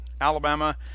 Alabama